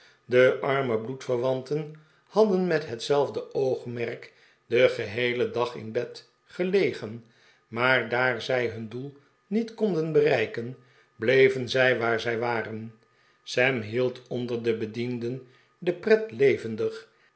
de arme bloedverwanten hadden met hetzelfde oogmerk den geheelen dag in bed gelegen maar daar zij hun doel niet konden bereiken bleven zij waar zij waren sam hield onder de bedienden de pret levehdig